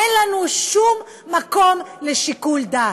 אין לנו שום מקום לשיקול דעת.